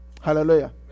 Hallelujah